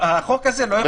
החוק הזה לא יחול עליו.